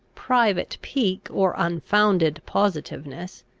private pique or unfounded positiveness,